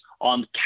on